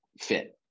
fit